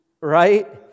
Right